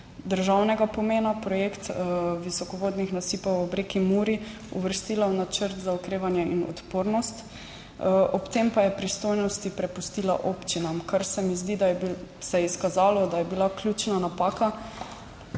državnega pomena, projekt visokovodnih nasipov ob reki Muri, uvrstila v načrt za okrevanje in odpornost, ob tem pa je pristojnosti prepustila občinam, kar se mi zdi, da se je izkazalo, da je bila ključna napaka,